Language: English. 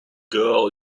girl